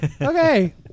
Okay